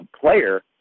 player